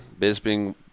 Bisping